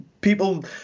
people